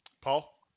Paul